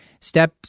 step